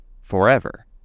forever